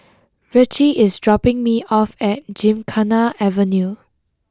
Ritchie is dropping me off at Gymkhana Avenue